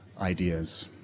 ideas